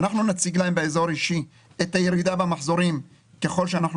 אנחנו נציג להם באזור אישי את הירידה במחזורים ככל שאנחנו